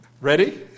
Ready